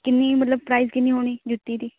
ਕਿੰਨੀ ਮਤਲਬ ਪ੍ਰਾਈਜ਼ ਕਿੰਨੀ ਹੋਣੀ ਜੁੱਤੀ ਦੀ